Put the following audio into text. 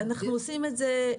אנחנו עושים את זה.